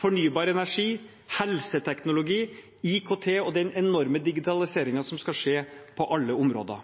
fornybar energi, helseteknologi, IKT og den enorme digitaliseringen som skal skje på alle områder.